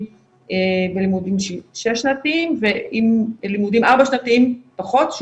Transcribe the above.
בלימודים שש שנתיים ואם הלימודים ארבע שנתיים פחות.